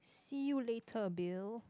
see you later Bill